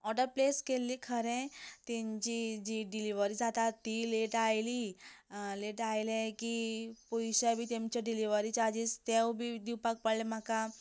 order place केल्ली खरें तांची जी डिलीवरी जाता ती लेट आयली लेट आयलें की पयशे बी तेमचे डेलीवरी चार्जीस ते बी दिवपा पडले म्हाका